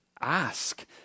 ask